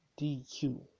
DQ